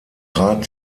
rat